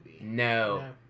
No